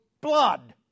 blood